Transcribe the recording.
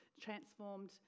transformed